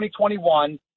2021